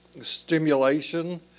stimulation